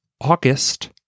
August